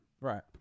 Right